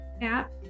app